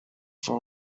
for